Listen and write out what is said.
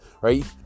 Right